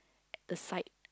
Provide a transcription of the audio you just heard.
the side